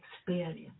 experience